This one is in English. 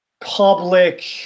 public